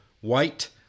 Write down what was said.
White